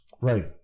Right